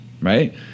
right